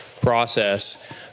process